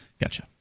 Gotcha